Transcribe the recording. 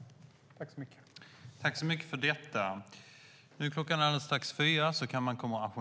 )